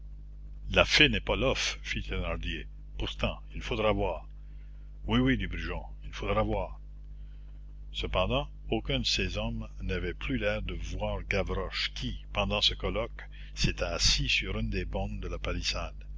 la fée n'est pas loffe fit thénardier pourtant il faudra voir oui oui dit brujon il faudra voir cependant aucun de ces hommes n'avait plus l'air de voir gavroche qui pendant ce colloque s'était assis sur une des bornes de la